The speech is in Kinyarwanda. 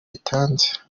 itanze